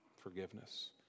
forgiveness